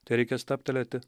tereikia stabtelėti